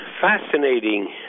fascinating